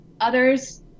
others –